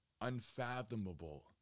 unfathomable